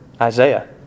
Isaiah